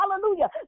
hallelujah